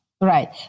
Right